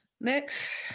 Next